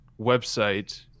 website